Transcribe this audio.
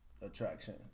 attraction